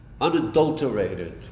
Unadulterated